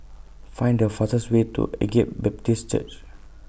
Find The fastest Way to Agape Baptist Church